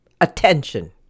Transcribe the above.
attention